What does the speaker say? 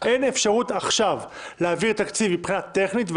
אין אפשרות עכשיו להעביר תקציב מבחינה טכנית.